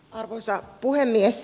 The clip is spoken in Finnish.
arvoisa puhemies